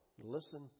listen